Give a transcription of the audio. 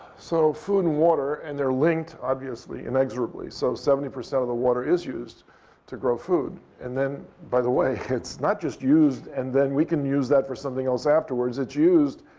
so food and water. and they're linked, obviously, inexorably. so seventy percent of the water is used to grow food. and then, by the way, it's not just used and then we can use that for something else afterwards. it's used,